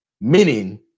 meaning